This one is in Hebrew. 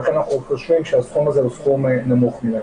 לכן אנחנו חושבים שהסכום הזה הוא נמוך מדי.